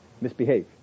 misbehave